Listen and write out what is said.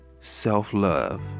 self-love